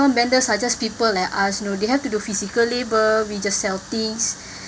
non-benders are just people like us you know they have to do physical labor we just sell things